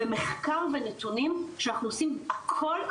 ומחקר ונתונים שאנחנו עושים הכל,